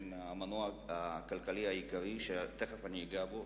שהן המנוע הכלכלי העיקרי, ותיכף אני אגע בו.